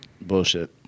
Bullshit